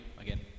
again